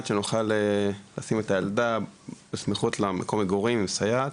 שנוכל לשים את הילדה בסמיכות למקום מגורים עם סייעת.